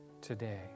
today